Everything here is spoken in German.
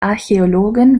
archäologin